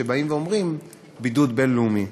שבאים ואומרים "בידוד בין-לאומי".